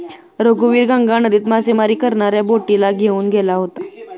रघुवीर गंगा नदीत मासेमारी करणाऱ्या बोटीला घेऊन गेला होता